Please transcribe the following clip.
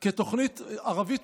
ערבית מדוברת,